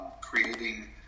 creating